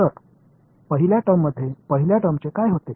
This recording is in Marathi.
तर पहिल्या टर्ममध्ये पहिल्या टर्मचे काय होते